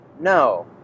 No